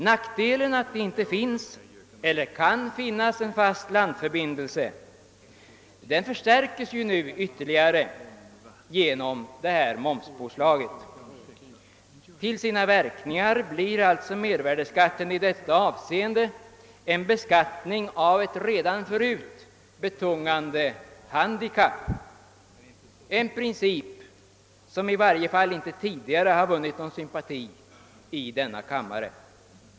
Nackdelen med att det inte finns eller kan finnas en fast landförbindelse förstärks nu ytterligare genom momspåslaget, som innebär att ett redan förut betungande handikapp beskattas — en princip som i varje fall inte tidigare har vunnit någon sympati i denna kammare.